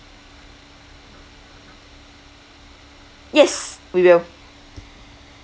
yes we will